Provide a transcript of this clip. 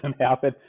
happen